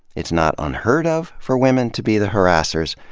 it's not unheard of for women to be the harassers,